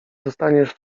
dostaniesz